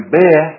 bear